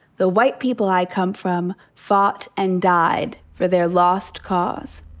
the white people i come from fought and died for their lost cause.